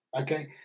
Okay